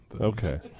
Okay